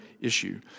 issue